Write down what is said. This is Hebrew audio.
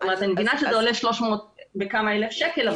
אני מבינה שזה עולה 300 אלף שקלים.